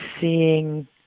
seeing